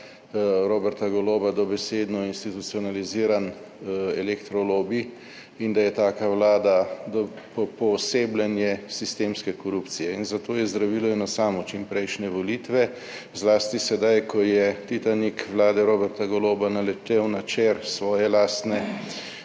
Roberta Goloba dobesedno institucionaliziran elektro lobi, in da je taka vlada poosebljenje sistemske korupcije. In za to je zdravilo eno samo, čimprejšnje volitve. Zlasti sedaj, ko je Titanik vlade Roberta Goloba naletel na čer svoje lastne